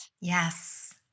Yes